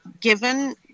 given